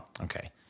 Okay